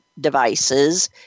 devices